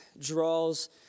draws